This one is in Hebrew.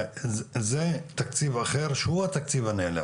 זה תקציב אחר שהוא התקציב הנעלם.